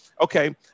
Okay